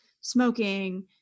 smoking